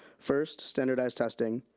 first, standardized testing.